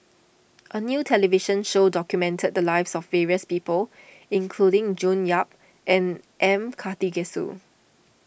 a new television show documented the lives of various people including June Yap and M Karthigesu